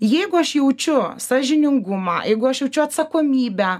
jeigu aš jaučiu sąžiningumą jeigu aš jaučiu atsakomybę